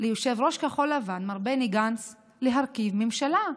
ליושב-ראש כחול לבן מר בני גנץ להרכיב ממשלה.